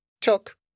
took